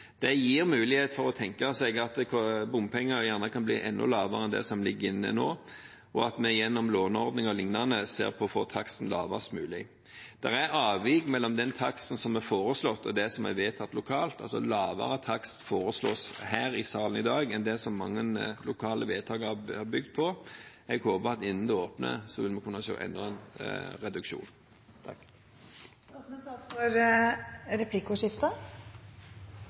Det gir mulighet for å tenke seg at bompengene gjerne kan bli enda lavere enn det som ligger inne nå, og at vi gjennom låneordninger og lignende ser på å få taksten lavest mulig. Det er avvik mellom den taksten som er foreslått, og det som er vedtatt lokalt, altså lavere takst foreslås her i salen i dag enn det som lokale vedtak har bygd på. Jeg håper at vi, innen det åpner, kan se enda en reduksjon.